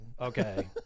okay